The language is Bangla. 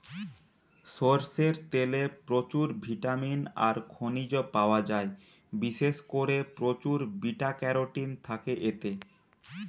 সরষের তেলে প্রচুর ভিটামিন আর খনিজ পায়া যায়, বিশেষ কোরে প্রচুর বিটা ক্যারোটিন থাকে এতে